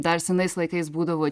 dar senais laikais būdavo